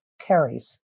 carries